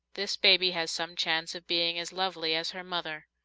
this baby has some chance of being as lovely as her mother,